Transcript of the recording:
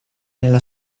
nella